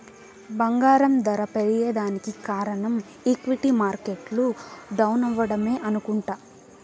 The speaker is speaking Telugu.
బంగారం దర పెరగేదానికి కారనం ఈక్విటీ మార్కెట్లు డౌనవ్వడమే అనుకుంట